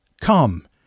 Come